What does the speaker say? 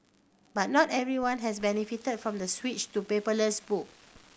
but not everyone has benefited from the switch to paperless book